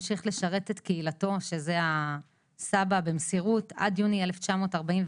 המשיך לשרת את קהילתו במסירות עד יוני 1941,